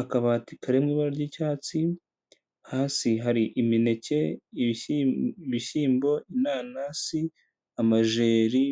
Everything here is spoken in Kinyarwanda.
Akabati kari mu ibara ry'icyatsi, hasi hari imineke, ibishyimbo, inanasi, amajeri,